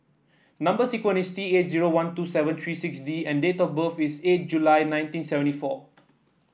number sequence is T eight zero one two seven three six D and date of birth is eight July nineteen seventy four